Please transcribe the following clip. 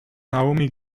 naomi